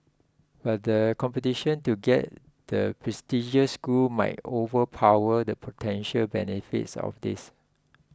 but the competition to get the prestigious school might overpower the potential benefits of this